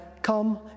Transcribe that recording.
come